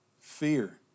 Fear